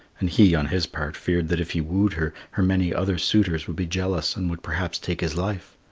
and he on his part feared that if he wooed her, her many other suitors would be jealous and would perhaps take his life.